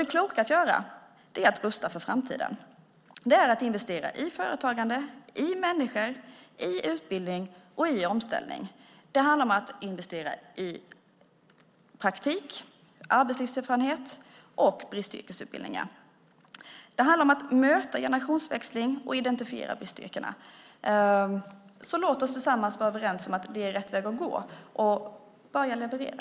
Det kloka att göra är att rusta för framtiden. Det är att investera i företagande, i människor, i utbildning och i omställning. Det handlar om att investera i praktik, arbetslivserfarenhet och bristyrkesutbildningar. Det handlar om att möta en generationsväxling och identifiera bristyrkena. Låt oss tillsammans vara överens om att det är rätt väg att gå och börja leverera.